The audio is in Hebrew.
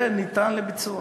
זה ניתן לביצוע,